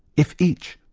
if each,